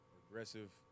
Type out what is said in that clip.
aggressive